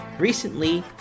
Recently